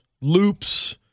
loops